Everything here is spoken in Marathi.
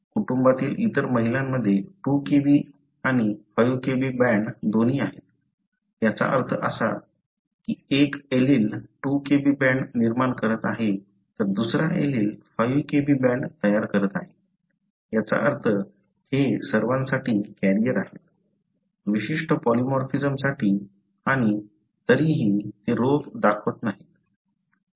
कुटुंबातील इतर महिलांमध्ये 2 Kb आणि 5 Kb बँड दोन्ही आहेत याचा अर्थ असा की एक एलील 2 Kb बँड निर्माण करत आहे तर दुसरा एलील 5 Kb बँड तयार करत आहे याचा अर्थ हे सर्वांसाठी कॅरियर आहेत विशिष्ट पॉलीमॉर्फिझम साठी आणि तरीही ते रोग दाखवत नाहीत